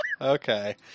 Okay